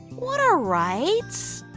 what are rights?